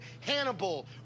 Hannibal